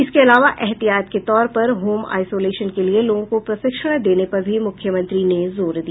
इसके अलावा एहतियात के तौर पर होम आइसोलेशन के लिये लोगों को प्रशिक्षण देने पर भी मुख्यमंत्री ने जोर दिया